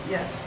Yes